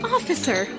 Officer